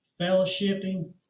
fellowshipping